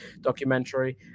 documentary